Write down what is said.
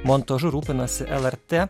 montažu rūpinasi lrt